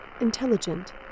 intelligent